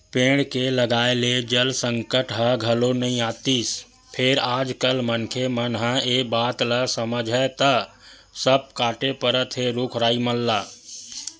पेड़ के लगाए ले जल संकट ह घलो नइ आतिस फेर आज कल मनखे मन ह ए बात ल समझय त सब कांटे परत हे रुख राई मन ल